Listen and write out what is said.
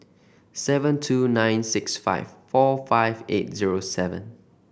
seven two nine six five four five eight zero seven